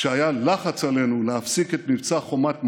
כשהיה לחץ עלינו להפסיק את מבצע חומת מגן,